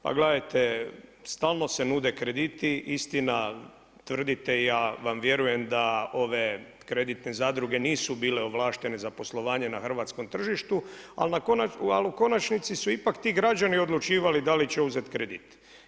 Pa gledajte, stalno se nude krediti, istina, tvrdite i ja vam vjerujem da ove kreditne zadruge nisu bile ovlaštenje za poslovanje na hrvatskom tržištu ali u konačnici su ipak ti građani odlučivali da li će uzeti kredit.